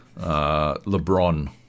Lebron